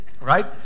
Right